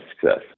success